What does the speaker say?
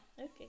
Okay